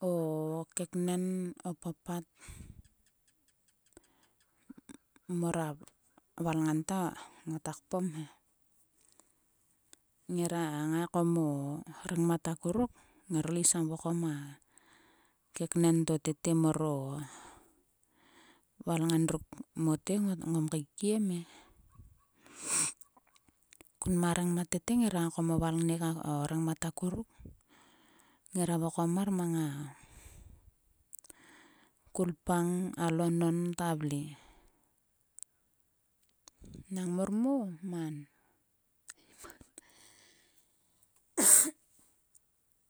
O keknen o papat mor a valngan ta ngota kpom he. Ngira ngaiko mo regmat akuruk. Ngirlo is kam vokom a keknen to tete mor o valngan ruk mote ngom keikiem e. Kun ma rengmat tete. Ngina ngaiko mo valngnek orengmat akuruk ngira vokom mar mang a kulpang a lonon ta vle. Nang mor mo man